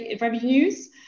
revenues